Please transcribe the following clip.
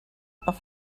off